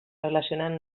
relacionant